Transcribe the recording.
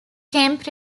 kemp